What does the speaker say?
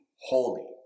holy